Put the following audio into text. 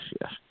Yes